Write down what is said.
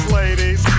ladies